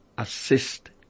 assist